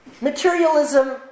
materialism